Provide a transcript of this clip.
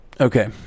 Okay